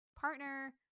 partner